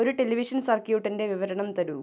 ഒരു ടെലിവിഷൻ സർക്യൂട്ടിൻ്റെ വിവരണം തരൂ